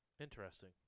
Interesting